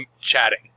chatting